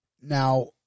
Now